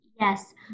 Yes